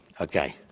Okay